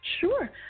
Sure